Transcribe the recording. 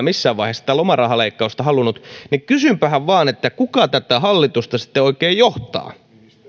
missään vaiheessa sitä lomarahaleikkausta halunnut niin kysynpähän vaan kuka tätä hallitusta sitten oikein johtaa